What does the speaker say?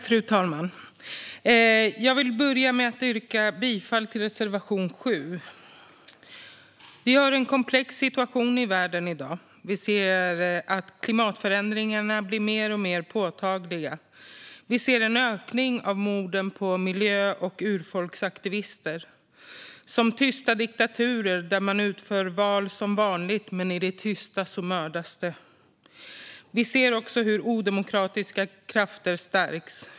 Fru talman! Jag börjar med att yrka bifall till reservation 7. Vi har en komplex situation i världen i dag. Vi ser att klimatförändringarna blir mer och mer påtagliga. Vi ser en ökning av morden på miljö och urfolksaktivister - som tysta diktaturer där man utför val som vanligt, men i det tysta mördas det. Vi ser också hur odemokratiska krafter stärks.